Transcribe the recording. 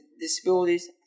disabilities